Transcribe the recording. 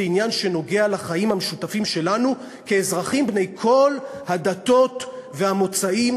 זה עניין שנוגע לחיים המשותפים שלנו כאזרחים בני כל הדתות והמוצאים,